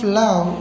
love